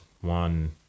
one